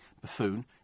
Buffoon